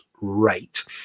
rate